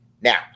Now